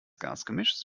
gasgemischs